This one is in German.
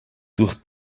durch